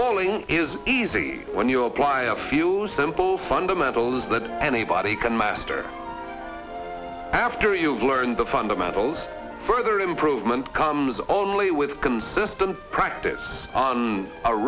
pulling is easy when you apply a few simple fundamentals that anybody can master after you've learned the fundamentals further improvement comes only with consistent practice on a